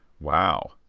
wow